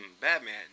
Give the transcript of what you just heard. Batman